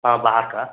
हाँ बाहर का